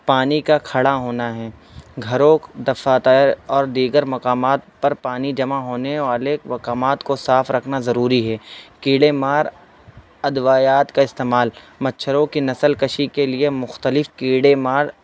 پانی کا کھڑا ہونا ہے گھروں دفاتر اور دیگر مقامات پر پانی جمع ہونے والے مقامات کو صاف رکھنا ضروری ہے کیڑے مار ادویات کا استعمال مچھروں کی نسل کشی کے لیے مختلف کیڑے مار